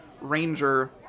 ranger